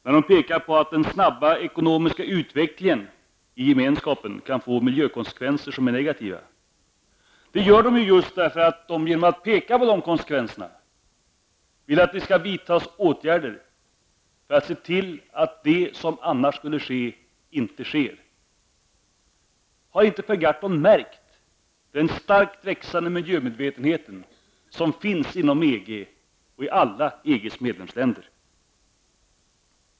De pekar på att den snabba ekonomiska utvecklingen i Gemenskapen kan få negativa miljökonsekvenser. Genom att peka på dessa konsekvenser vill man att det skall vidtas åtgärder för att det som annars skulle ske inte kommer att ske. Har inte Per Gahrton märkt den starkt växande miljömedvetenheten inom EG och alla EGs medlemsländer?